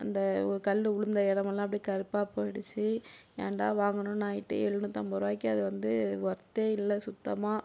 அந்த கல் விழுந்த இடமெல்லாம் அப்படியே கருப்பாக போயிடுச்சு ஏன்டா வாங்கினோன்னு ஆகிட்டு எழுநூற்றம்பது ருபாய்க்கு அது வந்து ஒர்த்தே இல்லை சுத்தமாக